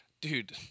Dude